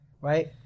Right